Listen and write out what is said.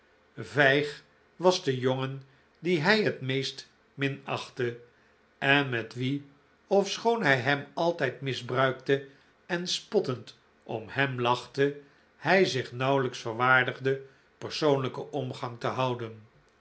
vijg was de jongen dien hij het meest minachtte en met wien ofschoon hij hem altijd misbruikte en spottend om hem lachte hij zich nauwelijks verwaardigde persoonlijken omgang te houden